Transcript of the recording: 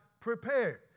prepared